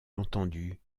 entendu